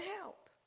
help